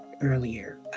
earlier